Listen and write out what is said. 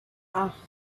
acht